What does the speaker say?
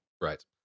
Right